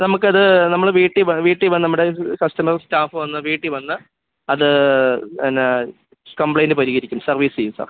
നമുക്കത് നമ്മൾ വീട്ടിൽ വീട്ടിൽ വന്ന് നമ്മുടെ ഇത് കസ്റ്റമേസ് സ്റ്റാഫ് വന്ന് വീട്ടിൽ വന്ന് അത് എന്നാ കംപ്ലെയ്ൻ്റ് പരിഹരിക്കും സർവീസ് ചെയ്യും സാർ